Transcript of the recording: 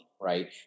right